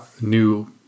new